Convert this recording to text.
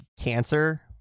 cancer